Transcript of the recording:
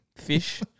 fish